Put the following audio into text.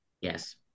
Yes